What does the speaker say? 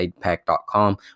pack.com